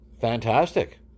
Fantastic